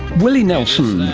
willie nelson,